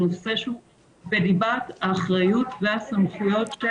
זה נושא שהוא בליבת האחריות והסמכויות של